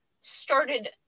started